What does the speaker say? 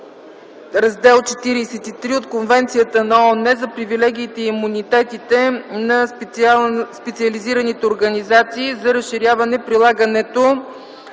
Раздел 43 от Конвенцията на ООН за привилегиите и имунитетите на специализираните организации за разширяване прилагането